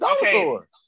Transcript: dinosaur